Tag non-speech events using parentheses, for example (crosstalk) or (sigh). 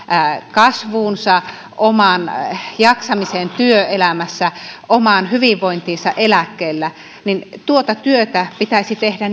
kasvuunsa omaan jaksamiseensa työelämässä omaan hyvinvointiinsa eläkkeellä niin tuota työtä pitäisi tehdä (unintelligible)